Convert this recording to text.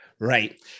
Right